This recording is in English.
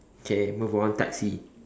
K move on taxi